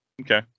Okay